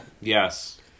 Yes